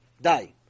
die